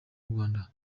rwanda